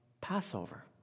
Passover